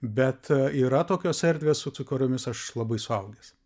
bet yra tokios erdvės su kuriomis aš labai suaugęs